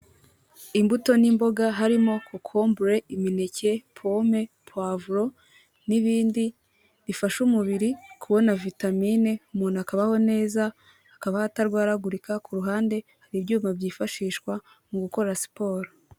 Imbuto n'imboga harimo kokombure, imineke, pome, puwavuro, n'ibindi ifasha umubiri kubona vitamine, umuntu akabaho neza, akabaho atarwaragurika, ku ruhande hari ibyuma byifashishwa, mu gukora siporo.